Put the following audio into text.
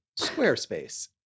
Squarespace